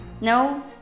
No